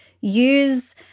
use